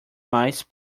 mice